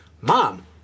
Mom